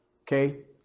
Okay